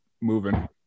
moving